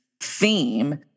theme